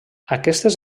aquestes